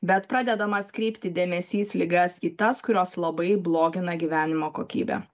bet pradedamas kreipti dėmesys ligas į tas kurios labai blogina gyvenimo kokybę